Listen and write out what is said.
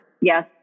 Yes